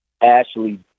Ashley